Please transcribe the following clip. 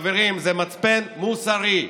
חברים, זה מצפן מוסרי.